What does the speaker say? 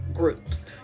Groups